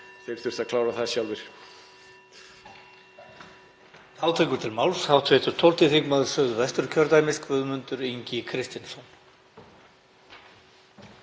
Þeir þurftu að klára það sjálfir.